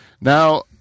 Now